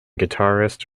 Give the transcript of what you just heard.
guitarist